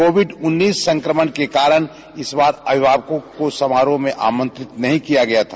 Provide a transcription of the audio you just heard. Covid उन्नीस संक्रमण के कारण इस बार अभिभावकों को समारोह में आमंत्रित नहीं किया गया था